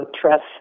trust